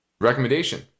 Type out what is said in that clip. recommendation